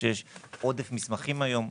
שיש עודף מסמכים היום.